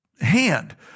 hand